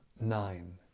nine